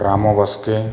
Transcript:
Ramo Baske